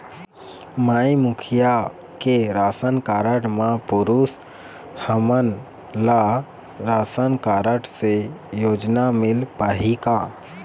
माई मुखिया के ration card म पुरुष हमन ला राशन कारड से योजना मिल पाही का?